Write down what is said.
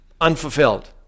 unfulfilled